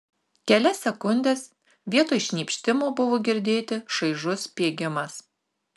kelias sekundes vietoj šnypštimo buvo girdėti šaižus spiegimas